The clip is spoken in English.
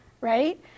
right